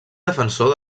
defensor